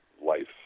life